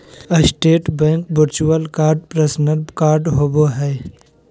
state bank virtual card personal card होबो हइ